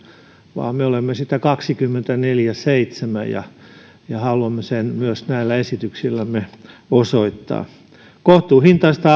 vaan me olemme sitä kaksikymmentäneljä kautta seitsemän ja ja haluamme sen myös näillä esityksillämme osoittaa kohtuuhintaista